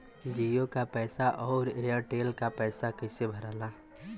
जीओ का पैसा और एयर तेलका पैसा कैसे भराला?